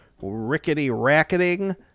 rickety-racketing